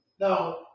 Now